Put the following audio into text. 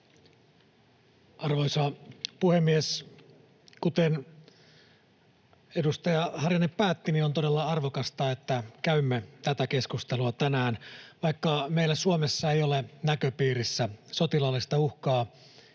Arvoisa puhemies! Kuten edustaja Harjanne päätti, on todella arvokasta, että käymme tätä keskustelua tänään. Vaikka meillä Suomessa ei ole näköpiirissä sotilaallista uhkaa,